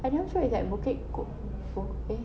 adam's road is at bukit ko~ ko~ eh